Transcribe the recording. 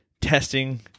testing